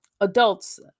adults